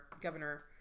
governor